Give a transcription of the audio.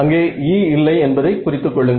அங்கே E இல்லை என்பதை குறித்துக் கொள்ளுங்கள்